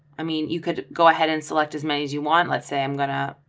i mean, you could go ahead and select as many as you want. let's say i'm gonna,